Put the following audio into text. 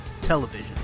television